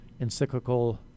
Encyclical